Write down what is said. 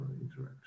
interaction